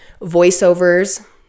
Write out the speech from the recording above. Voiceovers